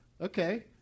Okay